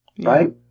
right